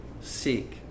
seek